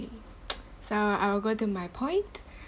so I will go to my point